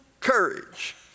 courage